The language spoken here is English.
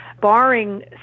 Barring